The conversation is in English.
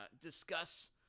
discuss